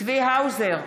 צבי האוזר,